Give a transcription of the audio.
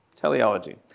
Teleology